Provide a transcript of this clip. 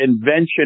invention